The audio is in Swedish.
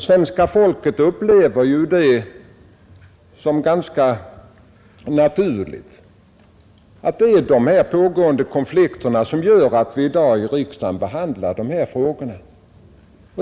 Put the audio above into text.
Svenska folket upplever det ju som ganska naturligt att det är de pågående konflikterna som gör att vi i dag i riksdagen behandlar dessa frågor.